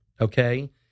Okay